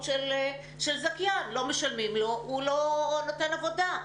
של הזכיין: לא משלמים לו הוא לא נותן עבודה.